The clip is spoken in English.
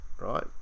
right